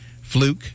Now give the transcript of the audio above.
Fluke